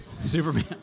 Superman